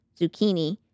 zucchini